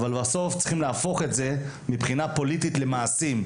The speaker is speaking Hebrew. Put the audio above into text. אבל בסוף צריכים להפוך את זה מבחינה פוליטית למעשים.